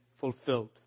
fulfilled